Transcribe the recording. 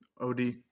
Od